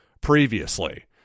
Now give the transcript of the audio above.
previously